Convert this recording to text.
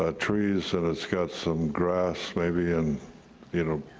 ah trees and it's got some grass, maybe, and you know,